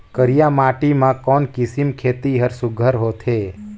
करिया माटी मा कोन किसम खेती हर सुघ्घर होथे?